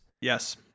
Yes